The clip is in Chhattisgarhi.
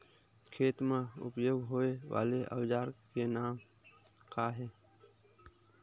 खेत मा उपयोग होए वाले औजार के का नाम हे?